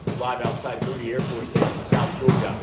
live outside moody air force base in south georgia, but